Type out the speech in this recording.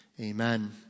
Amen